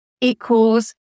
equals